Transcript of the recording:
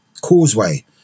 Causeway